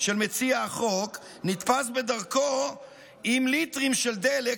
של מציע החוק נתפס בדרכו עם ליטרים של דלק,